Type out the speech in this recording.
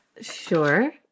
Sure